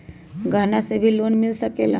गहना से भी लोने मिल सकेला?